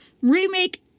remake